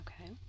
Okay